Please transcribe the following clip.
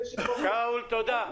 --- שאול, תודה.